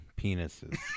penises